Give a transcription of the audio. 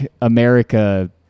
America